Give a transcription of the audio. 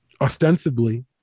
ostensibly